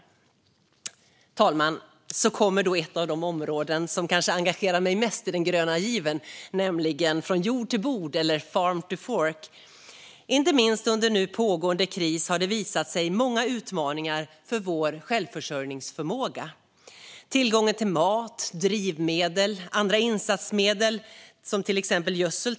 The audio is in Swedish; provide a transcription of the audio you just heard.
Fru talman! Så kommer då ett av de områden som kanske engagerar mig mest i den gröna given, nämligen från jord till bord eller Farm to Fork. Inte minst under pågående kris har många utmaningar visat sig när det gäller vår självförsörjningsförmåga. Jag tänker på tillgången till mat, drivmedel och andra insatsmedel, till exempel gödsel.